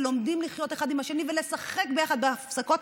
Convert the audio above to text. ולומדים לחיות אחד עם השני ולשחק ביחד בהפסקות,